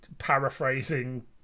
paraphrasing